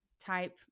type